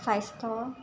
স্বাস্থ্য